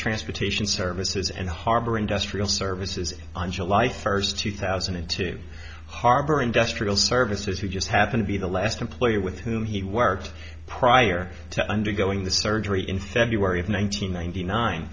transportation services and harbor industrial services on july first two thousand and two harbor industrial services who just happen to be the last employer with whom he worked prior to undergoing the surgery in february of one nine hundred ninety nine